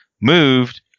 moved